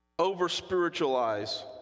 over-spiritualize